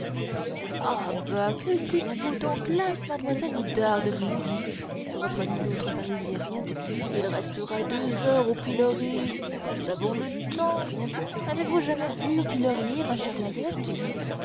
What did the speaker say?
ah bah que dites-vous donc là damoiselle oudarde musnier reprenait l'autre parisienne il restera deux heures au pilori nous avons le temps avez-vous jamais vu pilorier ma chère mahiette